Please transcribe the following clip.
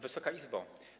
Wysoka Izbo!